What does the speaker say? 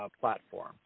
platform